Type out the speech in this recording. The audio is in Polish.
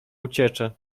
uciecze